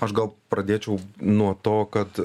aš gal pradėčiau nuo to kad